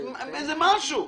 אבל איזה משהו.